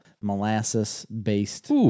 molasses-based